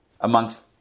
amongst